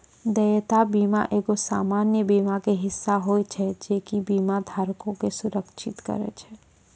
देयता बीमा एगो सामान्य बीमा के हिस्सा होय छै जे कि बीमा धारको के सुरक्षा करै छै